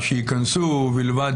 שייכנסו ובלבד